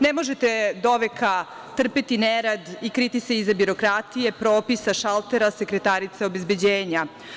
Ne možete doveka trpeti nerad i kriti se iza birokratije, propisa, šaltera, sekretarica, obezbeđenja.